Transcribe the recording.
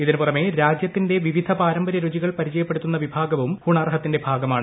ഇതിനുപുറമേ രാജ്യത്തിന്റെ വിവിധ പാരമ്പര്യ രുചികൾ പരിചയപ്പെടുത്തുന്ന വിഭാഗവും ഹുണാർ ഹത്തിന്റെ ഭാഗമാണ്